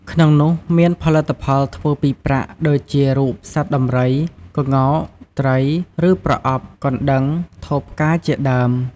ក្នុងនោះមាន ផលិតផលធ្វើពីប្រាក់ ដូចជា រូបសត្វដំរី ក្ងោក ត្រី ឬប្រអប់ កណ្ដឹង ថូផ្កា ជាដើម។